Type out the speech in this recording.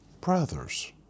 brothers